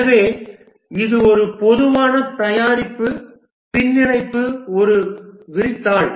எனவே இது ஒரு பொதுவான தயாரிப்பு பின்னிணைப்பு ஒரு விரிதாள்